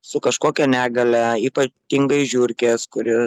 su kažkokia negalia ypatingai žiurkes kuri